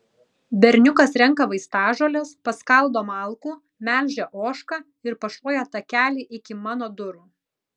berniukas renka vaistažoles paskaldo malkų melžia ožką ir pašluoja takelį iki mano durų